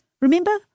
Remember